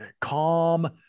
calm